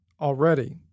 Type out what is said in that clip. already